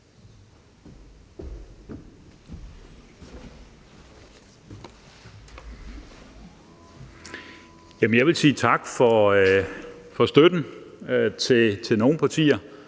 Jeg vil sige tak for støtten fra nogle partier